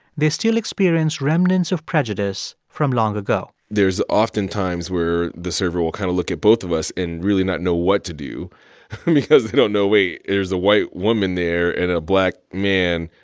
they still experience remnants of prejudice from long ago there's often times where the server will kind of look at both of us and really not know what to do because they don't know wait, there's a white woman there and a black man.